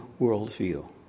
worldview